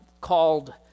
called